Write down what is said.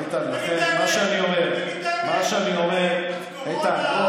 איתן, לכן מה שאני אומר, תגיד את האמת.